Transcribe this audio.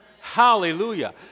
Hallelujah